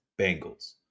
Bengals